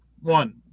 One